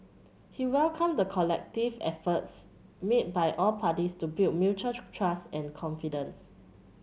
he welcomed the collective efforts made by all parties to build mutual trust and confidence